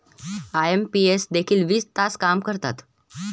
IMPS देखील वीस तास काम करतात?